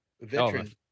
veteran